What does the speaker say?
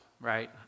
right